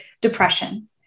depression